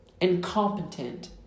Incompetent